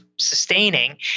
Sustaining